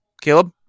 Caleb